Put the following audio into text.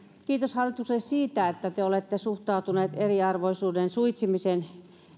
kiitos hallitukselle siitä että te olette suhtautuneet eriarvoisuuden suitsimiseen